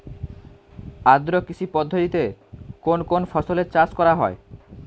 আদ্র কৃষি পদ্ধতিতে কোন কোন ফসলের চাষ করা হয়?